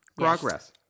progress